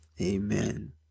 Amen